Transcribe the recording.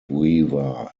weaver